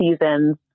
seasons